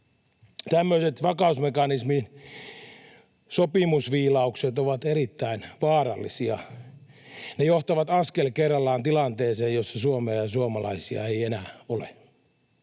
Tämmöiset vakausmekanismisopimusviilaukset ovat erittäin vaarallisia, ne johtavat askel kerrallaan tilanteeseen, jossa Suomea ja suomalaisia ei enää ole.